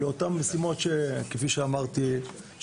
כפי שאמרתי,